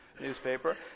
newspaper